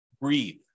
Breathe